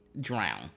drown